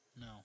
No